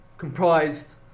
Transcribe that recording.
comprised